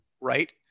right